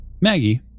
Maggie